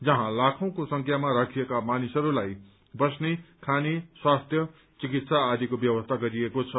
जहाँ लाखौंको संख्यामा राखिएका मानिसहरूलाई बस्ने खाने स्वास्थ्य चिकित्सा आदिको व्यवस्था गरिएको छ